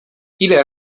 ile